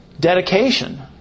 dedication